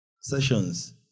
sessions